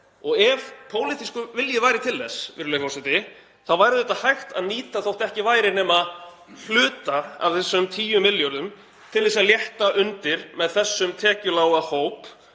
Og ef pólitískur vilji væri til þess, virðulegur forseti, þá væri auðvitað hægt að nýta, þótt ekki væri nema hluta af þessum 10 milljörðum til að létta undir með þessum tekjulága hópi